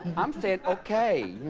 i'm saying okay